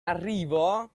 arrivo